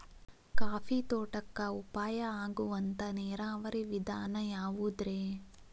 Coffee ತೋಟಕ್ಕ ಉಪಾಯ ಆಗುವಂತ ನೇರಾವರಿ ವಿಧಾನ ಯಾವುದ್ರೇ?